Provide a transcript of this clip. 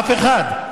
אף אחד.